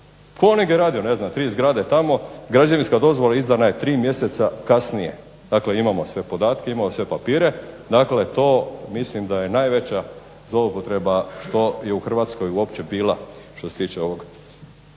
Coning je radio ne znam tri zgrade tamo, građevinska dozvola izdana je 3 mjeseca kasnije. Dakle imamo sve podatke, imamo sve papire. Dakle to mislim da je najveća zloupotreba što je u Hrvatskoj uopće bila što se tiče ovog.